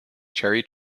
cherry